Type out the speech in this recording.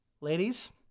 ladies